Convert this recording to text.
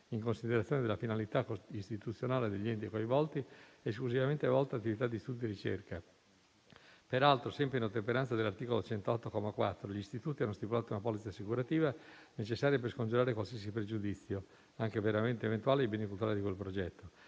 in considerazione della finalità istituzionale degli enti coinvolti esclusivamente volta ad attività di studio e ricerca. Peraltro, sempre in ottemperanza dell'articolo 108, comma 4, gli istituti hanno stipulato una polizza assicurativa necessaria per scongiurare qualsiasi pregiudizio, anche meramente eventuale, ai beni cultuali di quel progetto,